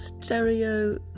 stereo